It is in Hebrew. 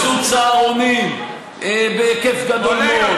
עם סבסוד צהרונים בהיקף גדול מאוד,